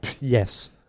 Yes